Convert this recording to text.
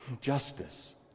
justice